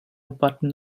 button